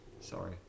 Sorry